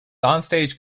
onstage